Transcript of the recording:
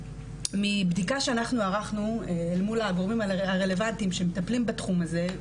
מבדיקה שאנחנו ערכנו אל מול הגורמים הרלוונטיים שמטפלים בתחום הזה,